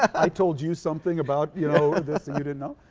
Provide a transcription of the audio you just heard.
i told you something about you know and this and you didn't know.